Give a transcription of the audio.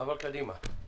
תמשיכי בבקשה.